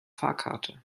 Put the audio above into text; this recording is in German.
fahrkarte